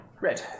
Red